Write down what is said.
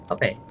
Okay